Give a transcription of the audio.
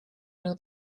knew